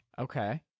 Okay